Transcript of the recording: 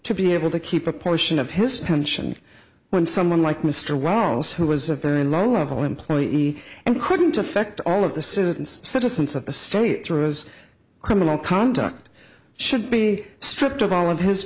to be able to keep a portion of his pension when someone like mr wells who was a very low level employee and couldn't affect all of the citizens citizens of the state through as criminal conduct should be stripped of all of his